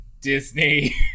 Disney